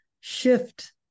shift